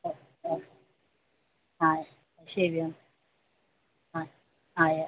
ഓ ഓ ആ ശരിയെന്നാൽ ആ ആയി